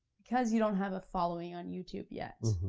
because you don't have a following on youtube yet,